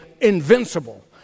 invincible